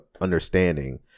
understanding